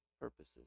purposes